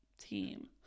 team